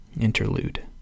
Interlude